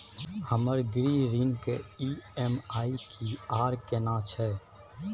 हमर गृह ऋण के ई.एम.आई की आर केना छै?